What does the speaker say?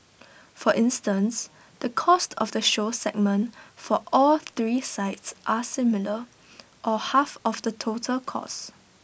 for instance the cost of the show segment for all three sites are similar or half of the total costs